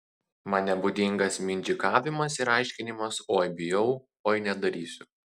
man nebūdingas mindžikavimas ir aiškinimas oi bijau oi nedarysiu